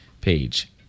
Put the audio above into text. page